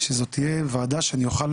שזו תהיה ועדה שאני אוכל